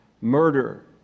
murder